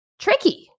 tricky